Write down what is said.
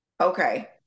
Okay